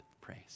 praise